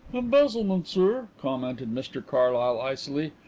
embezzlement, sir, commented mr carlyle icily.